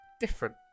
Different